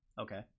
Okay